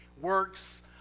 works